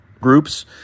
groups